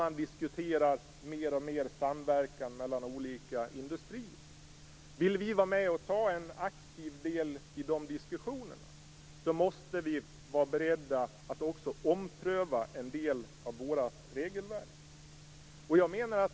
Man diskuterar mer och mer samverkan mellan olika industrier. Om vi vill vara med och ta en aktiv del i de diskussionerna måste vi vara beredda att också ompröva en del av vårt regelverk.